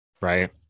right